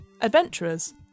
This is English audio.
adventurers